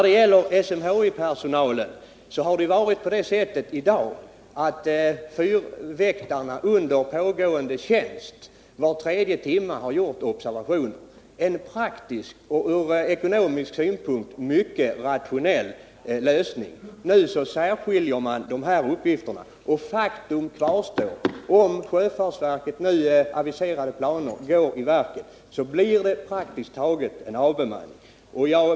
Beträffande SMHI-personalen vill jag framhålla att fyrväktarna under pågående tjänst har gjort väderleksobservationer var tredje timme, en praktisk och från ekonomisk synpunkt mycket rationell lösning. Nu särskiljer man uppgifterna. Faktum kvarstår: Om sjöfartsverkets nu aviserade planer genomförs, blir det praktiskt taget en avbemanning.